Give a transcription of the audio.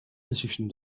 position